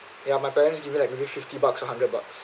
ya my parents give me like maybe fifty bucks or hundred bucks